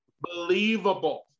believable